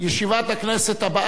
ישיבת הכנסת הבאה,